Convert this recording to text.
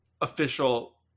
official